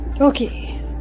Okay